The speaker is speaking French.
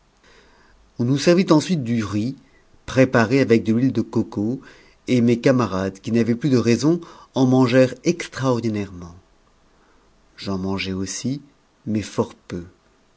on nous servit ensuite du riz prépare le i'huitc de cocos et mes tnarades qui n'avaient plus de raison en mangèrent extraordinairenott mangeai aussi mais fort peu